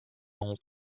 old